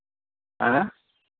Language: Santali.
ᱦᱮᱸ